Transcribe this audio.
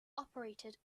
operated